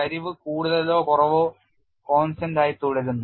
ചരിവ് കൂടുതലോ കുറവോ constant ആയി തുടരുന്നു